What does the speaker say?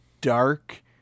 dark